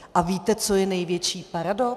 A víte, co je největší paradox?